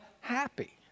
happy